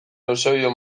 eusebio